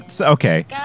Okay